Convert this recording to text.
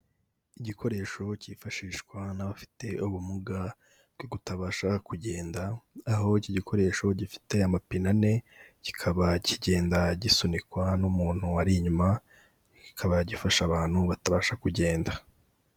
Igikoresho cyifashishwa n'abafite ubumuga bwo kutabasha kugenda, aho iki gikoresho gifite amapine ane kikaba kigenda gisunikwa n'umuntu uri inyuma, kikaba gifasha abantu batabasha kugenda.